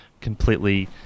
completely